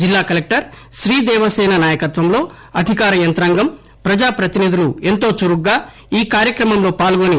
జిల్లా కలెక్టర్ శ్రీ దేవసేన నాయకత్వంలో అధికార యంత్రాంగం ప్రజాప్రతినిధులు ఎంతో చురుగ్గా ఈ కార్యక్రమంలో పాల్గొని